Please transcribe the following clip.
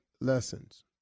lessons